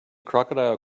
crocodile